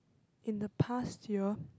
in the past year